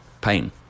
pain